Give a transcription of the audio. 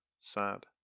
sad